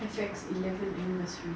F_X eleven anniversary